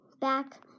back